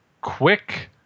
quick